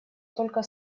только